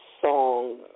song